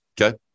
Okay